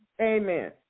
Amen